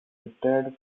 retired